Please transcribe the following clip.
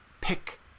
pick